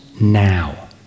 now